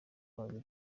babiri